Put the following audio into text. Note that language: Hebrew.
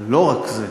אבל לא רק זה: